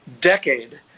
Decade